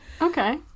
Okay